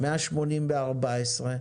180 ב-2014,